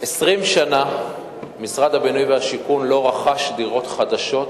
20 שנה משרד הבינוי והשיכון לא רכש דירות חדשות